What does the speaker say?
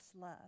love